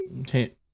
Okay